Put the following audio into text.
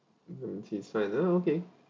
lemon tea is fine ah okay